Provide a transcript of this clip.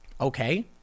okay